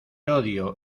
odio